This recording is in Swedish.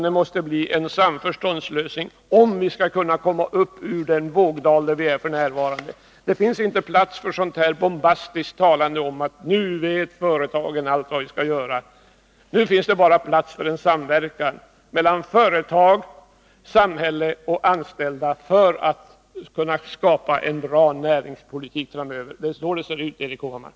Det måste bli en samförståndslösning om vi skall kunna komma upp ur den vågdal där vi är f. n. Det finns inte plats för bombastiskt tal om att nu vet företagen allt vad vi skall göra. Nu finns det bara plats för en samverkan mellan företag, samhälle och anställda för att kunna skapa en bra näringspolitik framöver. Det är så det ser ut, Erik Hovhammar.